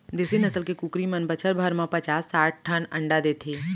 देसी नसल के कुकरी मन बछर भर म पचास साठ ठन अंडा देथे